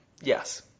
Yes